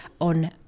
on